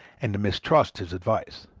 and to mistrust his advice.